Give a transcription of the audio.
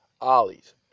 Ollie's